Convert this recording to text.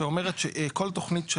שאומרת שכל תוכנית,